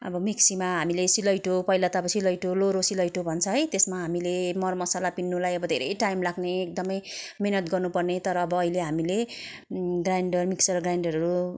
अब मिक्सीमा हामीले सिलौटो पहिले त सिलौटो लोहोरो सिलौटो भन्छ है त्यसमा हामीले मरमसाला पिस्नुलाई अब धेरै टाइम लाग्ने एकदमै मिहिनेत गर्नुपर्ने तर अब अहिले हामीले ग्राइन्डर मिक्सर ग्राइन्डरहरू